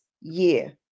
year